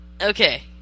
Okay